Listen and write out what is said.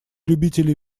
любители